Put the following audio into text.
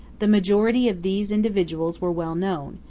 the majority of these individuals were well known,